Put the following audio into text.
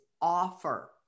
offer